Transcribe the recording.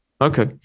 Okay